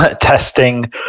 testing